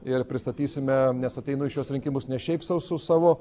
ir pristatysime nes ateinu į šiuos rinkimus ne šiaip sau su savo